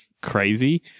crazy